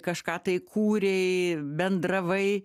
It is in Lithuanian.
kažką tai kūrei bendravai